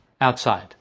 outside